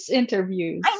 interviews